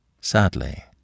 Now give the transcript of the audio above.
sadly